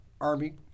Army